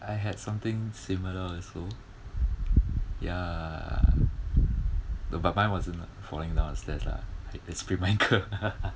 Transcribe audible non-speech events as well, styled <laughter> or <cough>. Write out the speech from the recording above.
I had something similar also ya but mine wasn't falling downstairs lah like sprain my ankle <laughs>